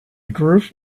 group